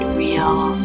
real